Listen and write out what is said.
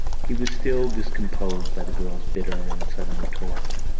he was still discomposed by the girl's bitter and sudden retort.